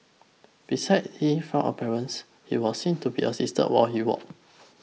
besides Li's frail appearance he was seen to be assisted while he walked